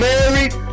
Married